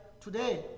today